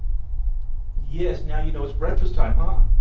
yes, now you know it's breakfast time, huh?